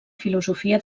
filosofia